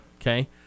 Okay